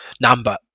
number